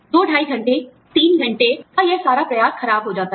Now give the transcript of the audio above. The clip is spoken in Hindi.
दो ढाई घंटे तीन घंटे का यह सारा प्रयास खराब हो जाता है